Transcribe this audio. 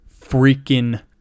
freaking